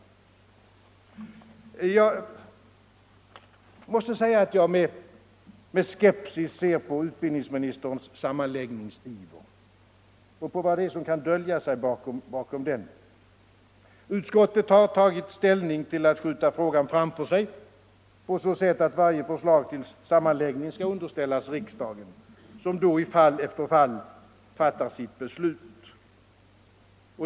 Jag måste säga att jag ser med skepsis på utbildningsministerns sammanläggningsiver och undrar vad det är som kan dölja sig bakom den. Utskottet har beslutat att skjuta frågan framför sig på så sätt att varje förslag till sammanläggning skall underställas riksdagen, som då i fall efter fall fattar sitt beslut.